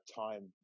time